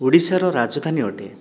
ଓଡ଼ିଶାର ରାଜଧାନୀ ଅଟେ